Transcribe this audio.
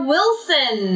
Wilson